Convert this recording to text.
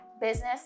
business